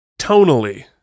Tonally